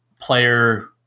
player